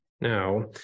now